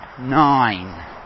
Nine